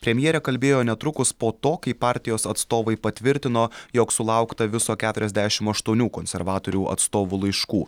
premjerė kalbėjo netrukus po to kai partijos atstovai patvirtino jog sulaukta viso keturiasdešim aštuonių konservatorių atstovų laiškų